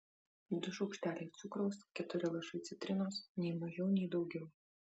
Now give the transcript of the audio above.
du šaukšteliai cukraus keturi lašai citrinos nei mažiau nei daugiau